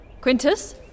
Quintus